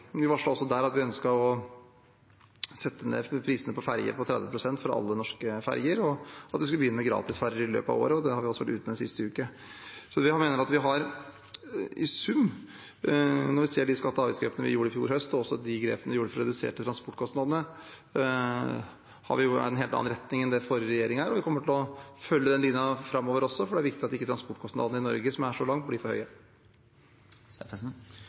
Vi varslet også da at vi ønsket å sette ned prisene med 30 pst. på alle norske ferjer, og at vi skulle begynne med gratisferjer i løpet av året, og det har vi også vært ute med sist uke. Så jeg mener at vi i sum, når vi ser på de skatte- og avgiftsgrepene vi gjorde i fjor høst, og også de grepene vi gjorde for å redusere transportkostnadene, har en helt annen retning enn forrige regjering. Vi kommer til å følge den linja også framover, for det er viktig at ikke transportkostnadene i Norge, som er så langstrakt, blir for høye.